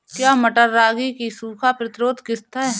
क्या मटर रागी की सूखा प्रतिरोध किश्त है?